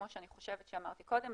כמו שאני חושבת שאמרתי קודם,